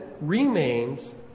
remains